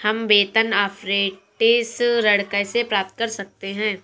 हम वेतन अपरेंटिस ऋण कैसे प्राप्त कर सकते हैं?